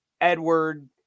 Edward